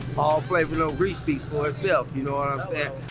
all flavor no grease speaks for herself, you know what i'm saying?